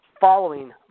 following